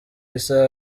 isaha